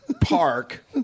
park